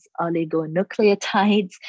oligonucleotides